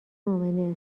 امنه